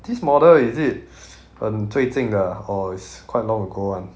this model is it 很最近的 or it's quite long ago [one]